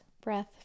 breath